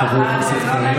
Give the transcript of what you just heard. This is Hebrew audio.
אמרנו שאתה מצטיין.